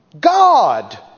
God